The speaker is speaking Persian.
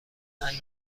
هنگ